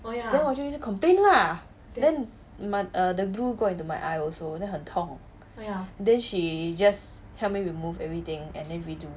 then 我就去 complain lah then the glue go into my eye also then 很痛 then she just help me remove everything and then redo